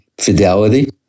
fidelity